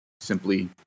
simply